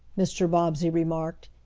mr. bobbsey remarked.